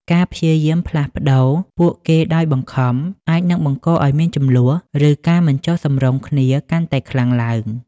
ការព្យាយាមផ្លាស់ប្តូរពួកគេដោយបង្ខំ អាចនឹងបង្កឱ្យមានជម្លោះ ឬការមិនចុះសម្រុងគ្នាកាន់តែខ្លាំងឡើង។